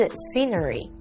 scenery